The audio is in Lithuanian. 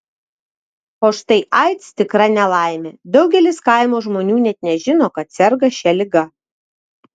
o štai aids tikra nelaimė daugelis kaimo žmonių net nežino kad serga šia liga